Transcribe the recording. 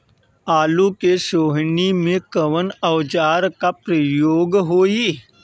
आलू के सोहनी में कवना औजार के प्रयोग होई?